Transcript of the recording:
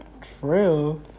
True